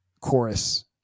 chorus